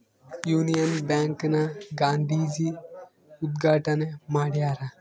Union Bank ನ ಗಾಂಧೀಜಿ ಉದ್ಗಾಟಣೆ ಮಾಡ್ಯರ